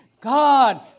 God